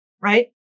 right